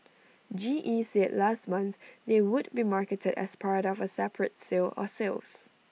G E said last month they would be marketed as part of A separate sale or sales